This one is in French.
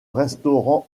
restaurant